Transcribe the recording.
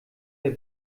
der